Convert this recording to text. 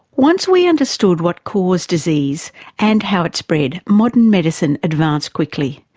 once we understood what caused disease and how it spread, modern medicine advanced quickly.